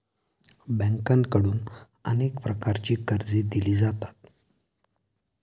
बँकांकडून अनेक प्रकारची कर्जे दिली जातात